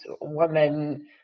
woman